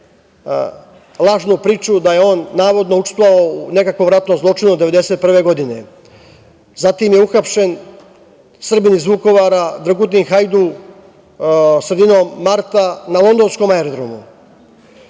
lažnu priču da je on navodno učestvovao u nekakvom ratnom zločinu 1991. godine. Zatim je uhapšen Srbin iz Vukovara Dragutin Hajdu, sredinom marta, na londonskom aerodromu.